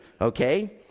Okay